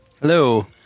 Hello